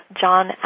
John